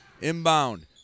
Inbound